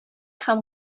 һәм